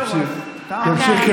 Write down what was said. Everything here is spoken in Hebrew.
תמשיך.